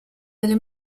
delle